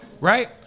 right